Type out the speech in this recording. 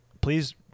Please